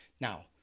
Now